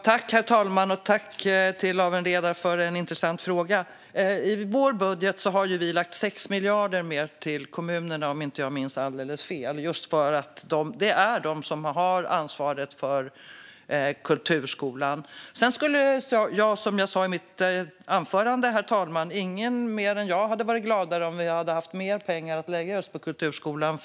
Herr talman! Tack, Lawen Redar, för en intressant fråga! I regeringens budget har vi lagt 6 miljarder mer till kommunerna, om jag inte minns alldeles fel. Det är kommunerna som har ansvaret för kulturskolan. Och som jag sa i mitt anförande, herr talman, skulle ingen vara gladare än jag om vi hade haft mer pengar att lägga på kulturskolan.